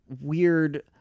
weird